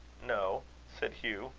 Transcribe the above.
no, said hugh.